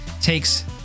takes